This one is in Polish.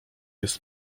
jest